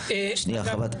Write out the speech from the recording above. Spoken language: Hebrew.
הסברתי לך.